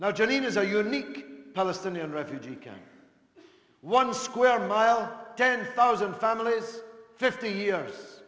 now janine is a unique palestinian refugee camp one square mile ten thousand families fifty years